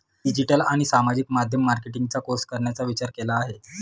मी digital आणि सामाजिक माध्यम मार्केटिंगचा कोर्स करण्याचा विचार केला आहे